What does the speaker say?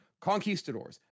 Conquistadors